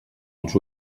els